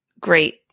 great